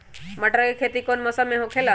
मटर के खेती कौन मौसम में होखेला?